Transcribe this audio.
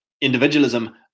individualism